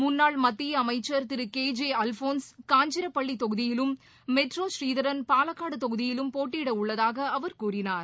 முன்னாள் மத்திய அமைச்சர் திரு கேஜே அல்ஃபோன்ஸ் காஞ்சிரப்பள்ளி தொகுதியிலும் மெட்ரோ பாலக்காடு தொகுதியிலும் போட்டியிட உள்ளதாக அவர் கூறினார்